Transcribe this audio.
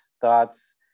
thoughts